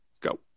go